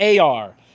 AR